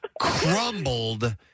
crumbled